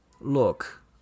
Look